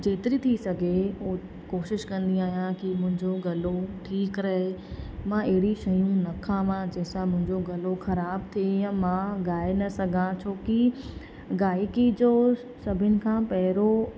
जेतिरी थी सघे कोशिश कंदी आहियां कि मुंहिंजो गलो ठीकु रहे मां अहिड़ी शयूं न खायां जंहिं सां मुंहिंजो गलो ख़राब थिए या मां ॻाए न सघां छो की गायकी जो सभिनि खां पहिरियों